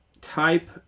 type